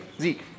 Zeke